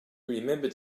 remembered